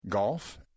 Golf